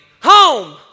home